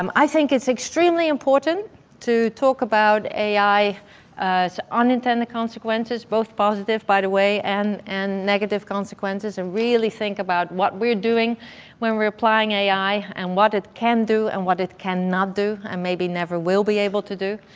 um i think it's extremely important to talk about ai as unintended consequences, both positive, by the way, and and negative consequences and really think about what we're doing when we're applying ai and what it can do and what it cannot do and maybe never will be able to do.